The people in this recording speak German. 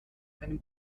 einem